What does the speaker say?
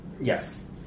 yes